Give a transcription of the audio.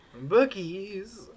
Bookies